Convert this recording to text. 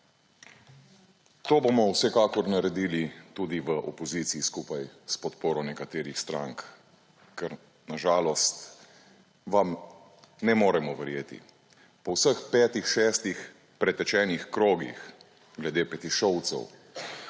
To bomo vsekakor naredili tudi v opoziciji skupaj s podporo nekaterih strank, ker na žalost vam ne moremo verjeti. Po vseh petih, šestih pretečenih krogih glede Petišovcev